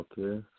okay